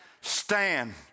Stand